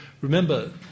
remember